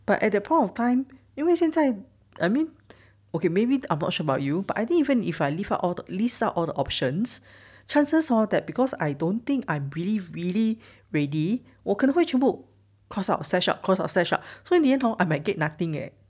but at that point of time 因为现在 I mean okay maybe I'm not sure about you but I think even if I leave out all the list out all the options chances hor that because I don't think I believe really ready 我可能会全部 cross out slash out cross out slash out so in the end hor I might get nothing eh